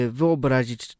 wyobrazić